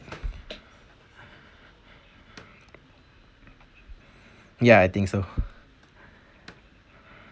ya I think so